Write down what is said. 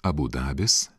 abu dabis